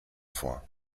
vor